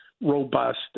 robust